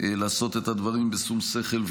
לעשות את הדברים בשום שכל,